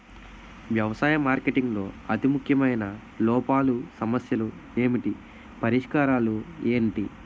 వ్యవసాయ మార్కెటింగ్ లో అతి ముఖ్యమైన లోపాలు సమస్యలు ఏమిటి పరిష్కారాలు ఏంటి?